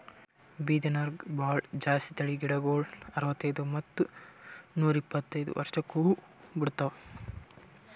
ಬಿದಿರ್ನ್ಯಾಗ್ ಭಾಳ್ ಜಾತಿ ತಳಿ ಗಿಡಗೋಳು ಅರವತ್ತೈದ್ ಮತ್ತ್ ನೂರ್ ಇಪ್ಪತ್ತೈದು ವರ್ಷ್ಕ್ ಹೂವಾ ಬಿಡ್ತಾವ್